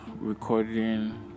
recording